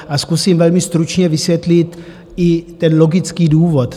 A zkusím velmi stručně vysvětlit i ten logický důvod.